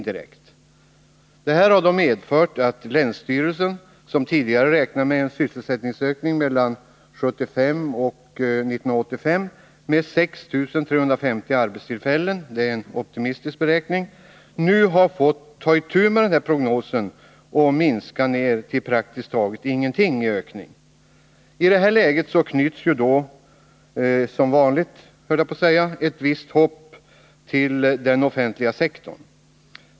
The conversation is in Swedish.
Detta har medfört att länsstyrelsen, som tidigare räknat med en sysselsättningsökning mellan 1975 och 1985 med 6 350 arbetstillfällen — och det är en optimistisk beräkning — nu fått minska prognosen till praktiskt taget ingenting i ökning. I detta läge knyts — som vanligt höll jag på att säga — ett visst hopp till den offentliga sektorn.